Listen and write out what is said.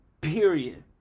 period